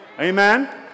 Amen